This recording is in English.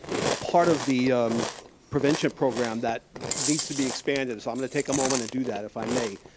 part of the prevention program that needs to be expanded so i'm gonna take a moment and do that if i may.